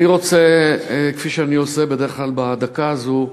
אני רוצה, כפי שאני עושה בדרך כלל בדקה הזו,